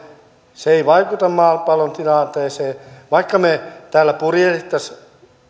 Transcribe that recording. se ei vaikuta maapallon tilanteeseen vaikka me täällä purjehtisimme